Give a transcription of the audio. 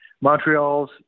Montreal's